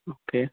okay